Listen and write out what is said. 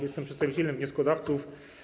Jestem przedstawicielem wnioskodawców.